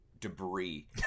Debris